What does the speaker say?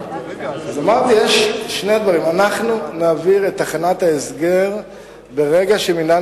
אמרתי שיש שני דברים: אנחנו נעביר את תחנת ההסגר ברגע שמינהל